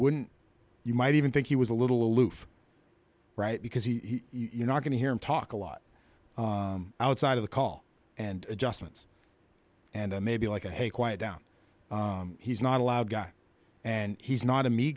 wouldn't you might even think he was a little aloof right because he you know i can hear him talk a lot outside of the call and adjustments and maybe like a hey quiet down he's not allowed guy and he's not a me